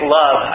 love